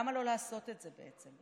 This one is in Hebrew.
למה לא לעשות את זה, בעצם?